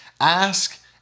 Ask